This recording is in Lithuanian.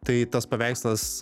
tai tas paveikslas